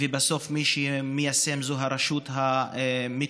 ובסוף מי שמיישם זה הרשות המקומית.